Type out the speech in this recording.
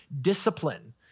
discipline